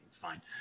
Fine